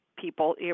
people